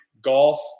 golf